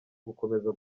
gukomeza